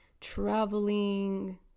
traveling